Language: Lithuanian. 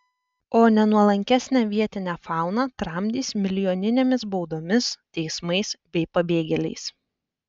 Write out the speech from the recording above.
o nenuolankesnę vietinę fauną tramdys milijoninėmis baudomis teismais bei pabėgėliais